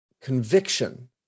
conviction